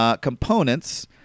Components